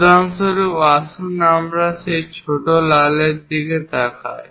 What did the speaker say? উদাহরনস্বরূপ আসুন আমরা এই ছোট লালের দিকে তাকাই